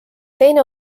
teine